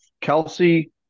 Kelsey